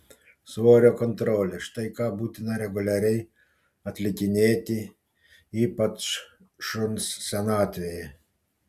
svorio kontrolė štai ką būtina reguliariai atlikinėti ypač šuns senatvėje